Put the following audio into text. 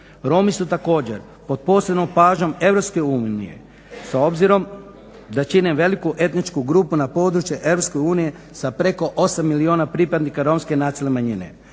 Romi su također pod posebnom pažnjom EU s ozbirom da čine veliku etničku grupu na području EU sa preko 8 milijuna pripadnika Romske nacionalne manjine.